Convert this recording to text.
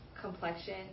complexion